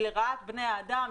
היא לרעת בני האדם,